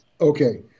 Okay